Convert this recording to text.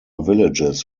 villages